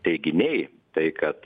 teiginiai tai kad